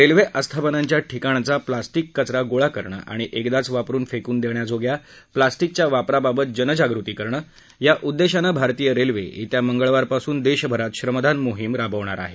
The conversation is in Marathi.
रेल्वे आस्थापनांच्या ठिकाणचा प्लास्टिक कचरा गोळा करणं आणि एकदाच वापरून फेकून देण्याजोग्या प्लास्टिकच्या वापराबाबत जनजागृती करणं या उद्देशानं भारतीय रेल्वे येत्या मंगळवारी देशभरात श्रमदान मोहीम राबणार आहे